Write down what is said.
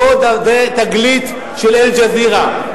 זאת תגלית של "אל-ג'זירה".